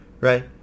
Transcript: right